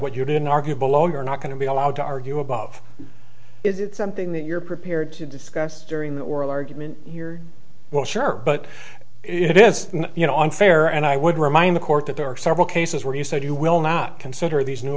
what you didn't argue below you're not going to be allowed to argue above is it something that you're prepared to discuss during the oral argument well sure but it is you know unfair and i would remind the court that there are several cases where you said you will not consider these new